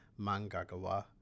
Mangagawa